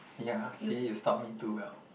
ya see you stalk me too well